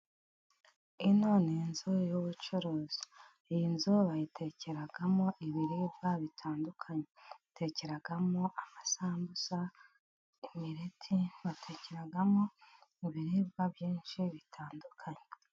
Ino ni inzu y'ubucuruzi, iyi nzu bayitekeramo ibiribwa bitandukanye, batekeramo amasambusa, imireti, batekeramo ibiribwa byinshi bitandukanye.